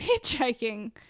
hitchhiking